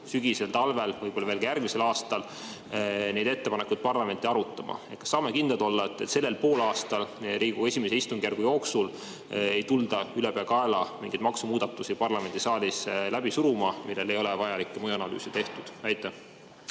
sügisel-talvel, võib-olla veel ka järgmisel aastal neid ettepanekuid parlamenti arutama. Kas me saame kindlad olla, et sellel poolaastal, Riigikogu I istungjärgu jooksul ei tulda ülepeakaela mingeid maksumuudatusi parlamendisaalis läbi suruma, mille kohta ei ole vajalikke mõjuanalüüse tehtud? Aitäh!